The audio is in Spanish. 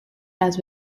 las